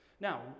Now